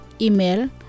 Email